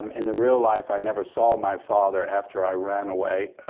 um in the real life, i never saw my father after i ran away.